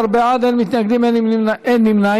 16 בעד, אין מתנגדים, אין נמנעים.